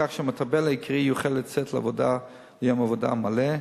כך שהמטפל העיקרי יוכל לצאת ליום עבודה מלא,